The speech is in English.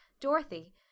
Dorothy